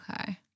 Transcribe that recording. Okay